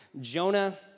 Jonah